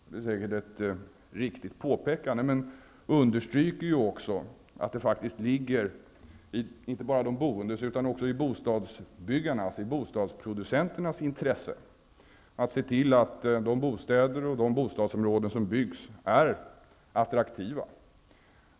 Det är säkerligen ett riktigt påpekande, men det understryker också att det faktiskt ligger inte bara i de boendes utan också i bostadsproducenternas intresse att se till att de bostäder och bostadsområden som byggs är attraktiva.